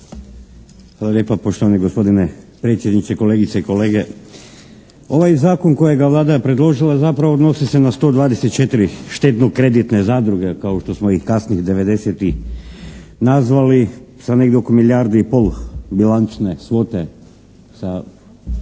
lijepa poštovani gospodine predsjedniče. Kolegice i kolege. Ovaj zakon kojega je Vlada predložila zapravo odnosi se na 124 štedno-kreditne zadruge kao što smo ih kasnih '90.-ih nazvali sa negdje oko milijardu i pol bilančne svote sa